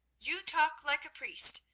you talk like a priest,